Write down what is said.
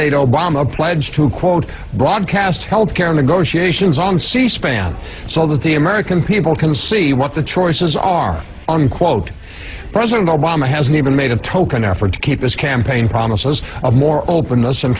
obama pledged to quote broadcast health care negotiations on c span so that the american people can see what the choices are on quote president obama hasn't even made of token effort to keep his campaign promises of more openness and